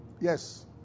Yes